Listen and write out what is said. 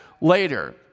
later